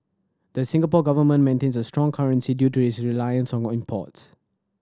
the Singapore Government maintains a strong currency due to its reliance on imports